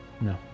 no